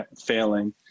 failing